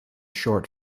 short